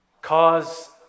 Cause